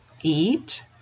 Eat